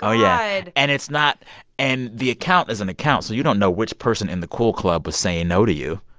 yeah. and it's not and the account is an account, so you don't know which person in the cool club was saying no to you